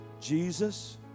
Jesus